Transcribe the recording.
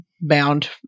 bound